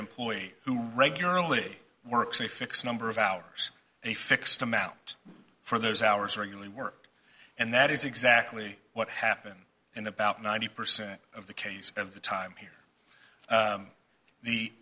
employee who regularly works a fixed number of hours a fixed amount for those hours regularly work and that is exactly what happened in about ninety percent of the cases of the time here